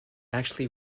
actually